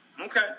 Okay